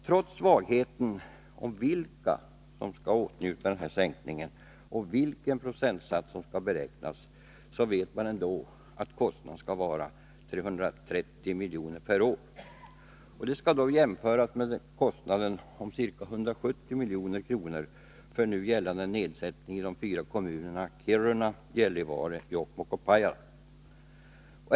Trots vagheten om vilka som skall kunna åtnjuta sänkning och om vilken procentsats som skall beräknas vet man att kostnaderna skall uppgå till 330 milj.kr. per år. Detta skall jämföras med den tillkommande kostnaden om ca 170 milj.kr. för nu gällande nedsättning i de fyra kommunerna Kiruna, Gällivare, Jokkmokk och Pajala.